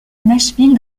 nashville